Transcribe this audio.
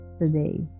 today